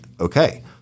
Okay